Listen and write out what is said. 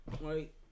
right